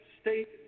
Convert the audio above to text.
state